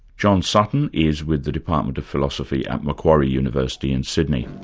john sutton is with the department of philosophy at macquarie university in sydney.